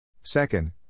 Second